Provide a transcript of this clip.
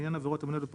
בעניין הזה אנחנו